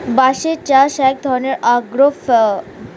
বাঁশের চাষ এক ধরনের আগ্রো ফরেষ্ট্রী যেটা অর্থনীতির ওপর খুবই প্রভাবশালী